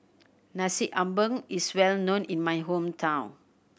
Nasi Ambeng is well known in my hometown